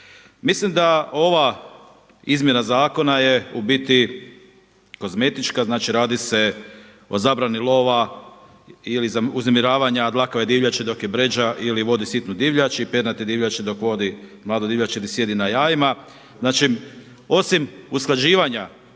Mislim da ova izmjena zakona je u biti kozmetička. Znači radi se o zabrani lova ili uznemiravanja dlakave divljači dok je bređa ili vodi sitnu divljač i pernate divljači dok vodi mladu divljač ili sjedi na jajima. Znači, osim usklađivanja